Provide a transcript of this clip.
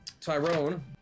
Tyrone